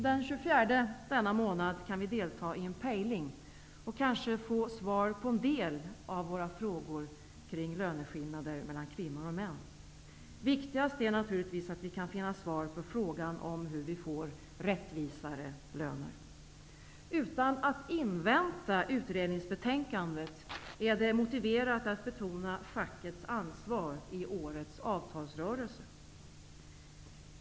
Den 24 denna månad kan vi delta i en pejling och kanske få svar på en del av våra frågor kring löneskillnader mellan kvinnor och män. Viktigast är naturligtvis att vi kan finna svar på frågan om hur vi får rättvisare löner. Utan att invänta utredningsbetänkandet är det motiverat att man betonar fackets ansvar i årets avtalsrörelse.